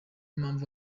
mpamvu